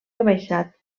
rebaixat